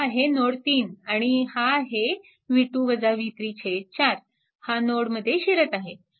हा आहे नोड 3 आणि हा आहे 4 हा नोडमध्ये शिरत आहे